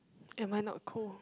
am I not cold